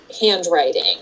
handwriting